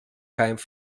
parís